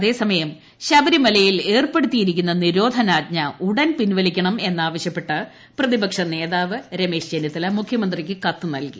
അതേസമയം ശബരിമലയിൽ ഏർപ്പെടുത്തിയിരിക്കുന്ന നിരോധനാജ്ഞ ഉടൻ പിൻവലിക്കണമെന്നാവശ്യപ്പെട്ട് പ്രതിപക്ഷ നേതാവ് രമേശ് ചെന്നിത്തല മുഖ്യമന്ത്രിക്ക് കത്ത് നൽകി